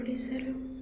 ଓଡ଼ିଶାର